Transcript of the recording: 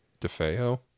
DeFeo